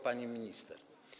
Pani Minister!